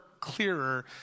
clearer